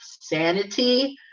sanity